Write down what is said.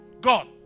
God